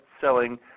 selling